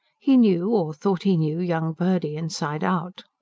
he knew or thought he knew young purdy inside out.